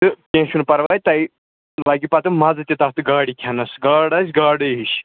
تہٕ کیٚنٛہہ چھُنہٕ پرواے تۄہہِ لَگہِ پَتہٕ مَزٕ تہِ تَتھ گاڈِ کھٮ۪نَس گاڈ آسہِ گاڈٕے ہِش